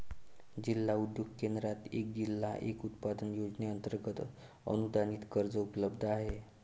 जिल्हा उद्योग केंद्रात एक जिल्हा एक उत्पादन योजनेअंतर्गत अनुदानित कर्ज उपलब्ध आहे